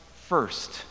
first